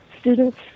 students